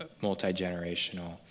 multi-generational